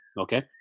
okay